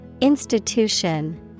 Institution